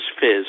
Fizz